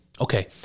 okay